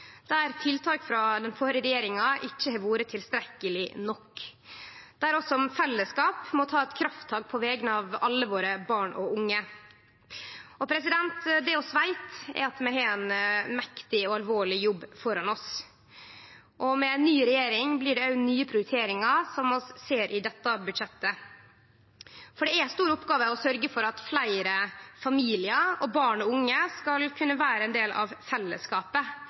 der tiltak frå den førre regjeringa ikkje har vore tilstrekkelege, og der vi som fellesskap må ta eit krafttak på vegner av alle våre barn og unge. Det vi veit, er at vi har ein mektig og alvorleg jobb framfor oss. Med ei ny regjering blir det òg nye prioriteringar, som vi ser i dette budsjettet. Det er ei stor oppgåve å sørgje for at fleire familiar og barn og unge skal kunne vere ein del av